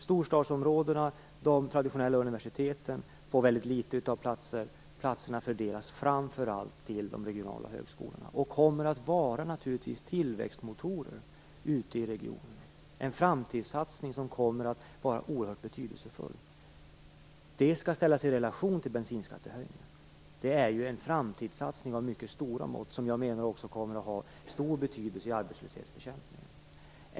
Storstadsområdena och de traditionella universiteten får väldigt litet av platser; platserna fördelas framför allt till de regionala högskolorna och kommer naturligtvis att vara tillväxtmotorer ute i regionerna, en framtidssatsning som kommer att vara oerhört betydelsefull. Detta skall ställas i relation till bensinskattehöjningarna. Det är en framtidssatsning av mycket stora mått som kommer att ha betydelse i arbetslöshetsbekämpningen.